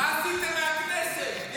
מה עשיתם מהכנסת?